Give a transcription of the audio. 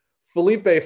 Felipe